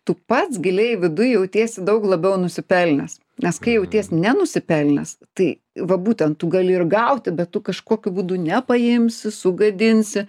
tu pats giliai viduj jautiesi daug labiau nusipelnęs nes kai jauties nenusipelnęs tai va būtent tu gali ir gauti bet tu kažkokiu būdu nepaimsi sugadinsi